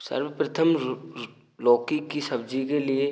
सर्वप्रथम लौकी की सब्जी के लिए